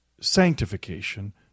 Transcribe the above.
sanctification